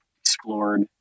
explored